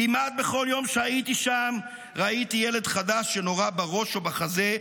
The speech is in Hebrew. כמעט בכל יום שהייתי שם ראיתי ילד חדש שנורה בראש או בחזה,